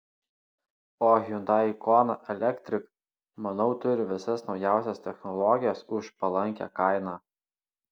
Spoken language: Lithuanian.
o hyundai kona electric manau turi visas naujausias technologijas už palankią kainą